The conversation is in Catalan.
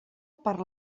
per